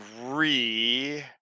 agree